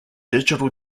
digital